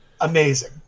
amazing